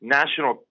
national